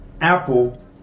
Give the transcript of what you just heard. Apple